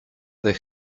they